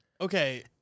Okay